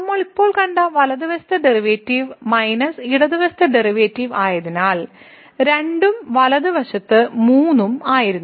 നമ്മൾ ഇപ്പോൾ കണ്ട വലതുവശത്തെ ഡെറിവേറ്റീവ് മൈനസ് ഇടത് വശത്തെ ഡെറിവേറ്റീവ് ആയതിനാൽ 2 ഉം വലതുവശത്ത് 3 ഉം ആയിരുന്നു